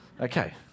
Okay